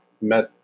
met